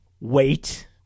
wait